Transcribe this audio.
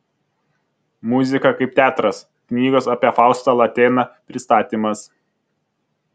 muzika kaip teatras knygos apie faustą latėną pristatymas